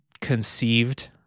conceived